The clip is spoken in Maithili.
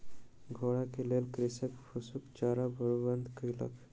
घोड़ा के लेल कृषक फूसक चाराक प्रबंध केलक